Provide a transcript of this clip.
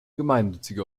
gemeinnützige